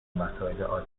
مسائل